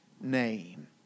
name